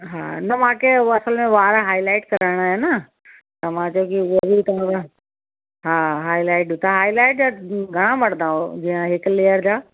हा न मांखे असल में हू वार हाई लाइट कराइणा आहिनि त मां चयो कि वरी मां हा हाई लाइट त हाई लाइट जा घणा वठंदा आहियो जीअं इहे हिकु लेयर जा